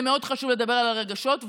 זה מאוד חשוב לדבר על הרגשות,